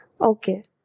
okay